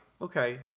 okay